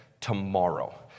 tomorrow